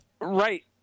Right